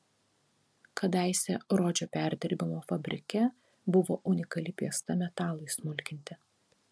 kadaise rodžio perdirbimo fabrike buvo unikali piesta metalui smulkinti